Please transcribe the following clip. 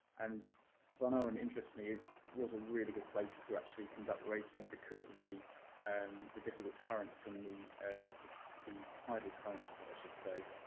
and bunowen, interestingly, was a really good place to actually conduct raids from because of the um the difficult currents and the ah the tidal currents, as i should say.